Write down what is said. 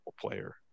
player